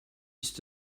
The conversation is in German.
ist